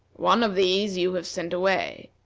one of these you have sent away,